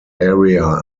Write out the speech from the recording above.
area